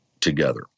together